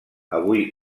avui